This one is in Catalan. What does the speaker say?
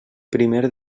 primer